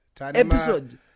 Episode